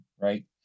right